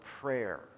prayer